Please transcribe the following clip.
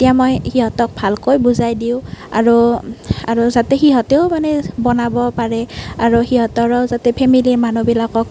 তেতিয়া মই সিহঁতক ভালকৈ বুজাই দিওঁ আৰু আৰু যাতে সিহঁতেও মানে বনাব পাৰে আৰু সিহঁতৰো যাতে ফেমেলি মানুহবিলাকক